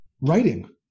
writing